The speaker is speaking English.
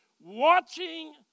watching